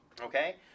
okay